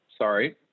sorry